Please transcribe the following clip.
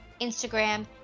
Instagram